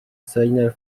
seiner